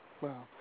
Wow